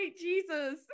Jesus